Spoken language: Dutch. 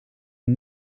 een